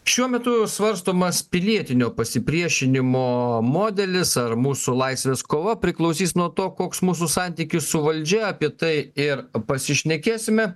šiuo metu svarstomas pilietinio pasipriešinimo modelis ar mūsų laisvės kova priklausys nuo to koks mūsų santykis su valdžia apie tai ir pasišnekėsime